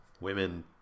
women